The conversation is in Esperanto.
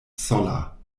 sola